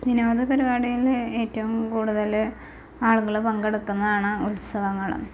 വിനോദ പരിപാടികളിൽ ഏറ്റവും കൂടുതല് ആളുകള് പങ്കെടുക്കുന്നതാണ് ഉത്സവങ്ങള്